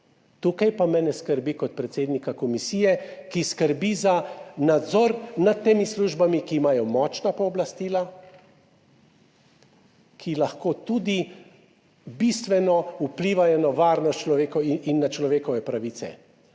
Tukaj pa me ne skrbi kot predsednika komisije, ki skrbi za nadzor nad temi službami, ki imajo močna pooblastila, ki lahko tudi bistveno vplivajo na varnost človeka in na človekove pravice.